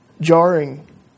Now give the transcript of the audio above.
jarring